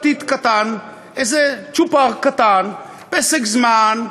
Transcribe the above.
פתית קטן, איזה צ'ופר קטן, "פסק זמן",